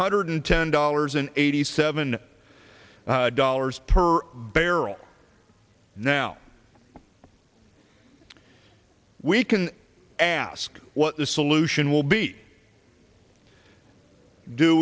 hundred ten dollars an eighty seven dollars per barrel now we can ask what the solution will be do